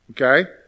Okay